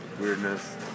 weirdness